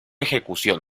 ejecución